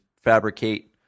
fabricate